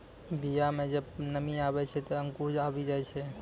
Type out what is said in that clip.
बीया म जब नमी आवै छै, त अंकुर आवि जाय छै